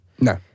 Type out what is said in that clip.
No